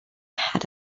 had